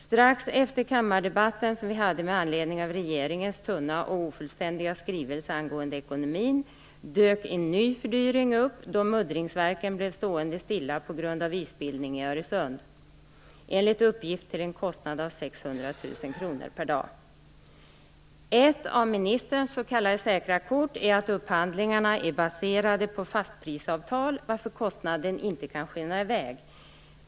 Strax efter den kammardebatt som vi hade med anledning av regeringens tunna och ofullständiga skrivelse angående ekonomin dök en ny fördyring upp, då muddringsverken blev stående stilla på grund av isbildning i Öresund - enligt uppgift till en kostnad av 600 000 kr/dag. - Ett av ministerns s.k. säkra kort är att upphandlingarna är baserade på fastprisavtal, varför kostnaden inte kan skena i väg.